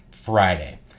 friday